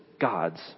gods